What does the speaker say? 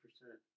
percent